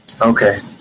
Okay